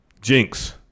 Jinx